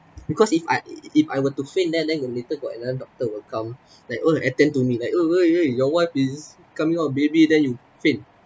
because if I if I were to faint there then the later got another doctor will come like oh attend to me like !oi! !oi! !oi! your wife is coming out baby then you faint